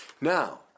Now